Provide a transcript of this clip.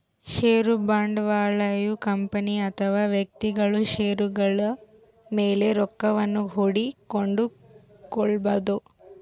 ಷೇರು ಬಂಡವಾಳಯು ಕಂಪನಿ ಅಥವಾ ವ್ಯಕ್ತಿಗಳು ಷೇರುಗಳ ಮೇಲೆ ರೊಕ್ಕವನ್ನು ಹೂಡಿ ಕೊಂಡುಕೊಳ್ಳಬೊದು